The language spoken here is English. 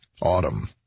autumn